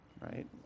right